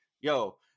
yo